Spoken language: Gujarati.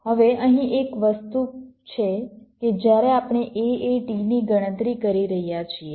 હવે અહીં એક વસ્તુ છે કે જ્યારે આપણે AAT ની ગણતરી કરી રહ્યા છીએ